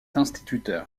instituteur